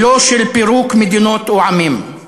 ולא של פירוק מדינות או עמים.